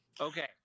Okay